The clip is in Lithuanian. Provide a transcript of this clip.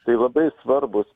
tai labai svarbūs